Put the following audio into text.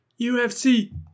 UFC